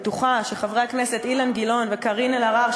בטוחה שחברי הכנסת אילן גילאון וקארין אלהרר,